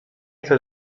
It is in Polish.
chce